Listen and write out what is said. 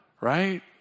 right